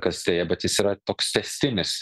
kas deja bet jis yra toks tęstinis